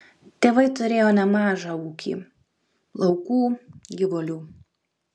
tėvai turėjo nemažą ūkį laukų gyvulių